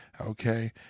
Okay